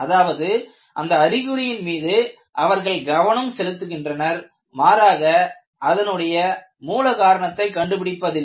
அதாவது அந்த அறிகுறியின் மீது அவர்கள் கவனம் செலுத்துகின்றனர் மாறாக அதனுடைய மூல காரணத்தை கண்டுபிடிப்பது இல்லை